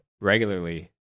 regularly